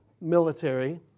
military